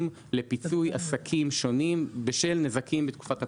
לפיצוי עסקים שונים בשל נזקים בתקופת הקורונה,